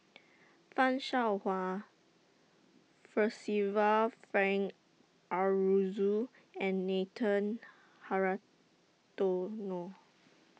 fan Shao Hua Percival Frank Aroozoo and Nathan Hratono